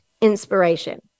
inspiration